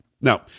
Now